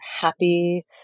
happy